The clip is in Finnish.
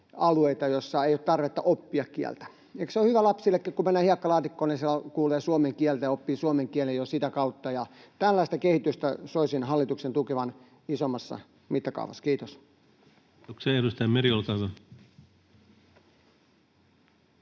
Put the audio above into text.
alueita, joilla ei ole tarvetta oppia kieltä. Eikö se ole hyvä lapsillekin, että kun mennään hiekkalaatikkoon, siellä kuulee suomen kieltä ja oppii suomen kielen jo sitä kautta? Tällaista kehitystä soisin hallituksen tukevan isommassa mittakaavassa. — Kiitos. [Speech 183] Speaker: